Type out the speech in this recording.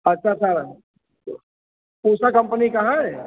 अच्छा अच्छा तो तो उषा कम्पनी का है